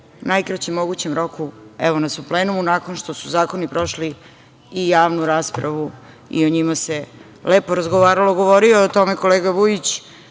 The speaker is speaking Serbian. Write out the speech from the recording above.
najkraćem mogućem roku evo nas u plenumu, nakon što su zakoni prošli i javnu raspravu i o njima se lepo razgovaralo. Govorio je o tome i kolega Vujić.